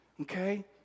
okay